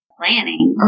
planning